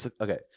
Okay